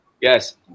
Yes